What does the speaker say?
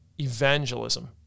evangelism